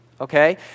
Okay